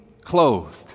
clothed